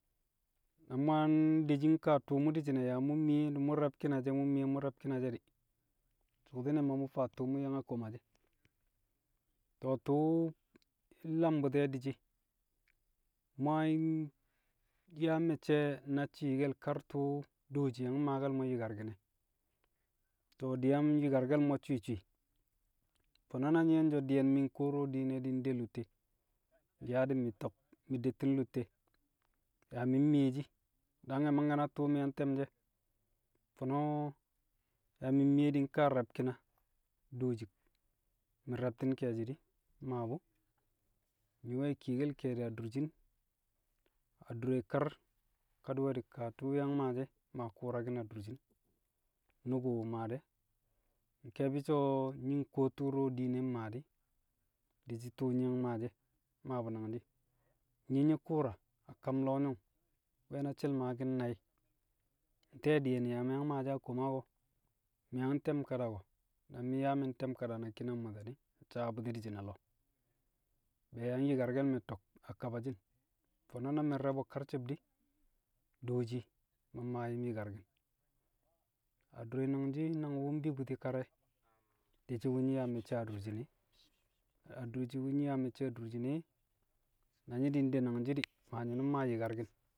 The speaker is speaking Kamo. Na mu̱ yang de shi̱ nkaa tu̱u̱ mu̱ di̱shi̱n e̱, yaa mu̱ miye di̱ mu̱ rẹb ki̱na she̱ di̱, mu̱ miye di̱ mu̱ rẹb ki̱na she̱ di̱, so̱kti̱nẹ ma mu̱ faa tu̱u̱ mu̱ yang a koma she̱. To̱ tu̱u̱ lam bu̱ti̱ e̱ di̱shi̱ mu̱ yang ya a me̱cce̱ na ci̱i̱ke̱l kar tu̱u̱ dooshi yang maake̱l mo̱ yi̱karki̱n e̱. To̱ di̱ yang yi̱karke̱l mo̱ swi̱i̱ swi̱i̱, fo̱no̱ na nyi̱ yang ye̱ so̱ di̱ye̱n mi̱ kuwo du̱ro̱ diine di̱ nde lutte, di̱ nyaa di̱ mi̱ to̱k, mi̱ dettin lutte, yaa mi̱ mmiyeshi. Dangẹ mi̱ mangke̱ na tṵṵ mi̱ yang te̱m shi̱ e̱, fo̱no̱ yaa mi̱ mmiye di̱ nkaa rẹb ki̱na, dooshi mi̱ re̱bti̱n ke̱e̱shi̱ di̱, mmaa bu̱. Nyi̱ wẹ kiyekel ke̱e̱di̱ adurshin adure kar kadi̱we̱di̱ kaa tu̱u̱ yang maashi̱ e̱, maa ku̱u̱raki̱n adurshin nyu̱ku̱ mi̱ maa de̱, nke̱e̱bi̱ so̱ nyi̱ kuwo tu̱u̱ du̱ro̱ diine mmaa dẹ, di̱shi̱ tu̱u̱ nyi̱ yang maashi̱ e̱, mmaa bu̱ nangshi̱. Nyi̱ nyi̱ ku̱u̱ra a kam lo̱o̱ yo̱ng, nwẹ na she̱l maaki̱n nai̱, nte̱e̱ di̱ye̱n yaa mi̱ yang maashi̱ a kam koma ko̱? Mi̱ yang te̱m kada ko̱? Na mi̱ nyaa mi̱ nte̱m kada na ki̱na mmwata di̱, nsaabu̱ti̱ di̱shi̱n a lo̱o̱ be̱e̱ yang yi̱karke̱l me̱ to̱k a kabashi̱n. Fo̱no̱ na mi̱ nre̱b o̱ karci̱b di̱, dooshi ma mmaa yu̱m yi̱karki̱n. Adure nangshi̱ nang wu̱ de bu̱ti̱ kar e̱ di̱shi̱ wu̱ nyi̱ yaa me̱cce̱ adurshin e. Adurshin wu̱ nyi̱ yaa me̱cce̱ adurshin e, na nyi̱ nde nangshi̱ di̱, maa nyi̱nu̱m maa yi̱karki̱n.